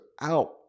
out